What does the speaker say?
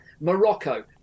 Morocco